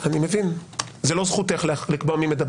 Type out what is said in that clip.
אני מבין, זאת לא זכותך לקבוע מי מדבר.